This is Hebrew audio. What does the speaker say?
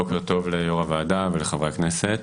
בוקר טוב ליו"ר הוועדה ולחברי הכנסת.